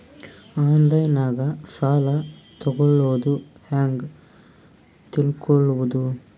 ಆನ್ಲೈನಾಗ ಸಾಲ ತಗೊಳ್ಳೋದು ಹ್ಯಾಂಗ್ ತಿಳಕೊಳ್ಳುವುದು?